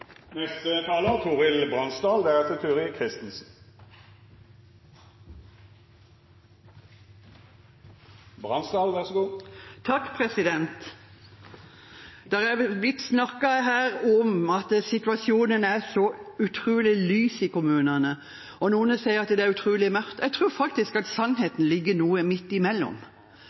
blitt snakket her om at situasjonen er så utrolig lys i kommunene, mens noen sier at det er utrolig mørkt. Jeg tror faktisk at sannheten ligger noe midt